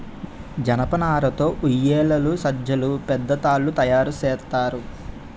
జనపనార తో ఉయ్యేలలు సజ్జలు పెద్ద తాళ్లు తయేరు సేత్తారు